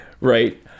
Right